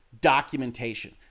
documentation